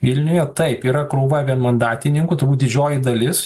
vilniuje taip yra krūva vienmandatininkų turbūt didžioji dalis